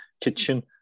kitchen